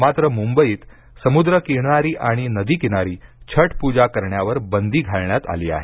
मात्र मुंबईत समुद्रकिनारी आणि नदी किनारी छठ पूजा करण्यावर बंदी घालण्यात आली आहे